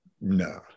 no